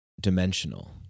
dimensional